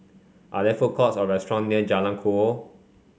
are there food courts or restaurant near Jalan Kukoh